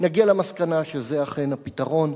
נגיע למסקנה שזה אכן הפתרון,